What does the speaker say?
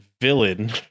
villain